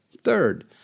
Third